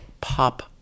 pop